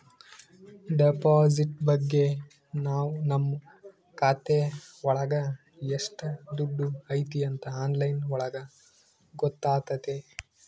deposit ಬಗ್ಗೆ ನಾವ್ ನಮ್ ಖಾತೆ ಒಳಗ ಎಷ್ಟ್ ದುಡ್ಡು ಐತಿ ಅಂತ ಆನ್ಲೈನ್ ಒಳಗ ಗೊತ್ತಾತತೆ